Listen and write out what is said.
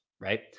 right